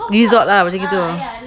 resort lah macam itu